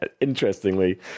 Interestingly